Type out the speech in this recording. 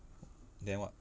then what